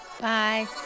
Bye